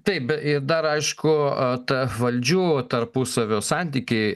taip ir dar aišku ta valdžių tarpusavio santykiai